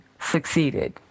succeeded